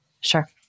Sure